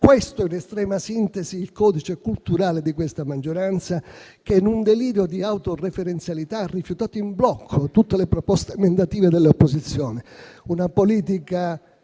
Questo, in estrema sintesi, il codice culturale di questa maggioranza, che, in un delirio di autoreferenzialità, ha rifiutato in blocco tutte le proposte emendative dell'opposizione. Una politica